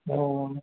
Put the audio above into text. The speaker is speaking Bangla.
ও